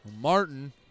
Martin